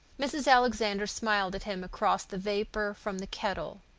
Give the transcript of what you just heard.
mrs. alexander smiled at him across the vapor from the kettle.